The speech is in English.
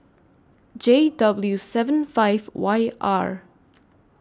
J W seven five Y R